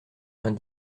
vingt